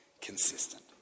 consistent